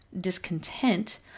discontent